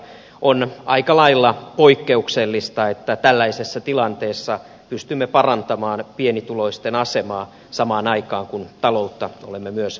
on aika lailla poikkeuksellista että tällaisessa tilanteessa pystymme parantamaan pienituloisten asemaa samaan aikaan kun taloutta olemme myös tervehdyttämässä